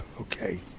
Okay